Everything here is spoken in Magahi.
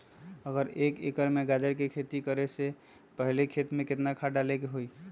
अगर एक एकर में गाजर के खेती करे से पहले खेत में केतना खाद्य डाले के होई?